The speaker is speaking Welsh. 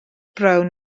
brown